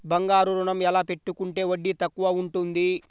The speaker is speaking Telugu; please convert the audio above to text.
బంగారు ఋణం ఎలా పెట్టుకుంటే వడ్డీ తక్కువ ఉంటుంది?